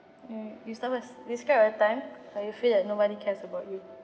ya you start first describe a time where you feel like nobody cares about you